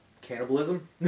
cannibalism